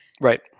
Right